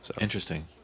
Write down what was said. Interesting